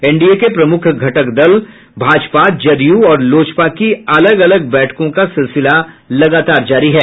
NDA के प्रमुख घटक दलों भाजपा जदयू और लोजपा की अलग अलग बैठकों का सिलसिला लगातार जारी है